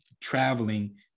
traveling